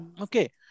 Okay